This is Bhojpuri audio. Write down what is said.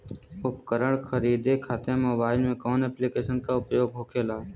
उपकरण खरीदे खाते मोबाइल में कौन ऐप्लिकेशन का उपयोग होखेला?